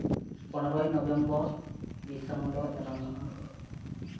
ᱯᱚᱱᱨᱚᱭ ᱱᱚᱵᱷᱮᱢᱵᱚᱨ ᱵᱤᱨᱥᱟ ᱢᱩᱱᱰᱟ ᱟᱜ ᱡᱟᱱᱟᱢ ᱢᱟᱦᱟ